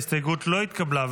ההסתייגות לא התקבלה.